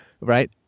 Right